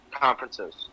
conferences